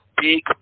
big